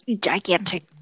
gigantic